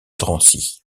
drancy